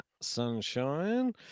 sunshine